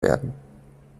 werden